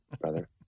brother